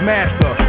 Master